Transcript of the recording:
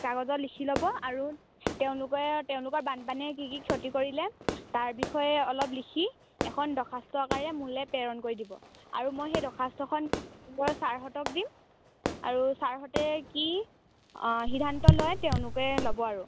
কাগজত লিখি ল'ব আৰু তেওঁলোকে তেওঁলোকৰ বানপানীয়ে কি কি ক্ষতি কৰিলে তাৰ বিষয়ে অলপ লিখি এখন দৰখাস্ত আকাৰে মোৰলৈ প্ৰেৰণ কৰি দিব আৰু মই সেই দৰখাস্তখন ছাৰহঁতক দিম আৰু ছাৰহঁতে কি সিদ্ধান্ত লয় তেওঁলোকে ল'ব আৰু